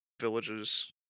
villages